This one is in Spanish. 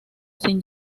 sin